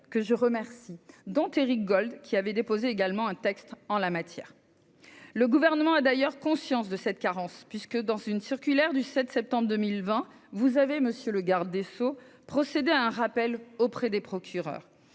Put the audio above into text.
que je remercie ; Éric Gold, qui avait déposé un texte en la matière, l'a également cosignée. Le Gouvernement a d'ailleurs conscience de cette carence, puisque, dans une circulaire du 7 septembre 2020, vous avez, monsieur le garde des sceaux, procédé à un rappel auprès des procureurs.